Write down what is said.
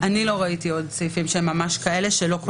עוד סעיפים כאלה.